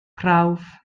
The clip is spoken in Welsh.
prawf